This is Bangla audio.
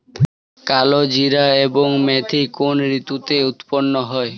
কালোজিরা এবং মেথি কোন ঋতুতে উৎপন্ন হয়?